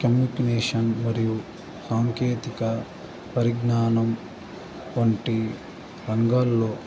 communication మరియు సాంకేతికత పరిజ్ఞానం వంటి రంగాలలో